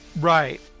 Right